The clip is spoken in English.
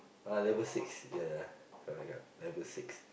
ah level six ya ya ya correct correct level six